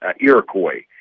Iroquois